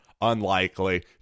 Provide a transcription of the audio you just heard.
unlikely